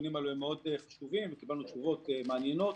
הנתונים האלה מאוד חשובים, קיבלנו תשובות מעניינות